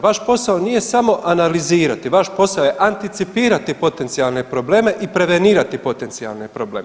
Vaš posao nije samo analizirati, vaš posao je anticipirati potencijalne probleme i prevenirati potencijalne probleme.